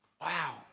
Wow